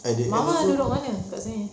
mama duduk mana kat sini